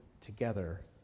together